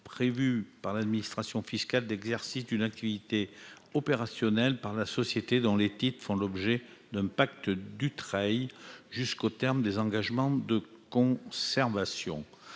prévue par l'administration fiscale, d'exercice d'une activité opérationnelle par la société dont les titres font l'objet d'un pacte Dutreil jusqu'au terme des engagements de conservation.